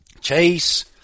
chase